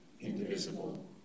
indivisible